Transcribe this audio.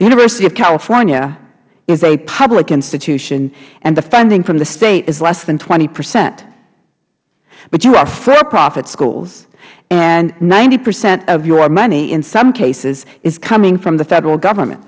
university of california is a public institution and the funding from the state is less than twenty percent but you are for profit schools and ninety percent of your money in some cases is coming from the federal government